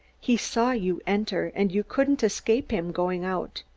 he saw you enter, and you couldn't escape him going out.